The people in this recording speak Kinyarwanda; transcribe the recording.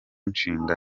nshinga